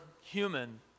human